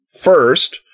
first